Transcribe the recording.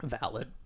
valid